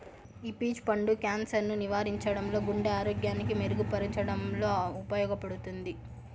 ఈ పీచ్ పండు క్యాన్సర్ ను నివారించడంలో, గుండె ఆరోగ్యాన్ని మెరుగు పరచడంలో ఉపయోగపడుతుంది